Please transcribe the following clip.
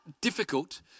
difficult